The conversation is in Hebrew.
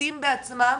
מתחבטים בעצמם